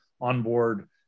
onboard